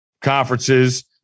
conferences